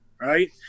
right